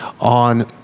on